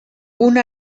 una